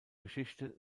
geschichte